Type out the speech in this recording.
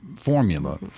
formula